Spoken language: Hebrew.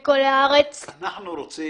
כמובן שאנחנו נתבע